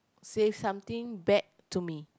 say something bad to me